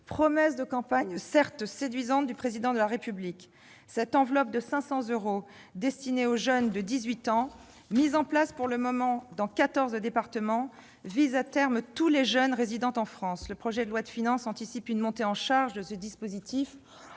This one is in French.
promesse de campagne, certes séduisante, du Président de la République. Cette enveloppe de 500 euros destinée aux jeunes de 18 ans, mise en place pour le moment dans 14 départements, vise à terme tous les jeunes résidant en France. Le PLF anticipe une montée en charge de ce dispositif,